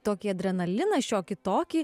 tokį adrenaliną šiokį tokį